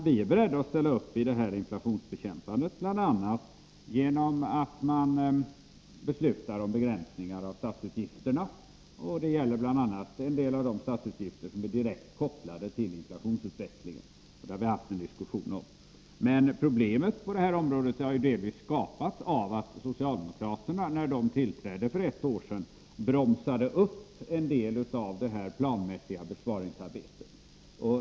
Vi är beredda att ställa upp i inflationsbekämpandet, bl.a. genom att vara med och besluta om begränsningar av statsutgifterna, bl.a. en del av de statsutgifter som är direkt kopplade till inflationsutvecklingen — det har vi haft en diskussion om. Men problemet på det här området har delvis skapats av att socialdemokraterna när de tillträdde för ett år sedan bromsade upp en del av det planmässiga besparingsarbetet.